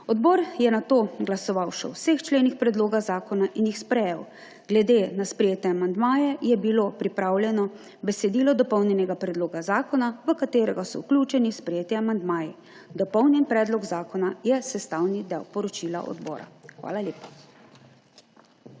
Odbor je nato glasoval še o vseh členih predloga zakona in jih sprejel. Glede na sprejete amandmaje je bilo pripravljeno besedilo dopolnjenega predloga zakona, v katerega so vključeni sprejeti amandmaji. Dopolnjeni predlog zakona je sestavni del poročila odbora. Hvala lepa.